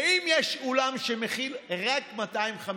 ואם יש אולם שמכיל רק 250?